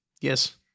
Yes